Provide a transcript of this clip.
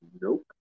Nope